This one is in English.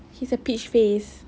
he's a peach face